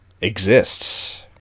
exists